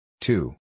Two